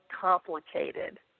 complicated